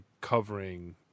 covering